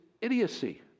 idiocy